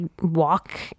walk